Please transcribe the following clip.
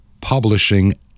publishing